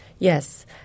Yes